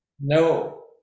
No